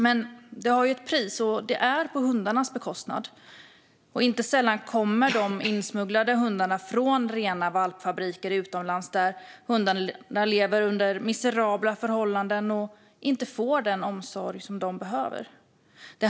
Men detta har ett pris, och det är på hundarnas bekostnad. Inte sällan kommer de insmugglade hundarna från rena valpfabriker utomlands där hundarna lever under miserabla förhållanden och inte får den omsorg de behöver.